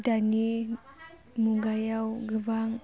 दानि मुगायाव गोबां